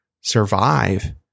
survive